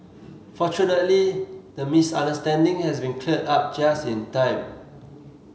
fortunately the misunderstanding has been cleared up just in time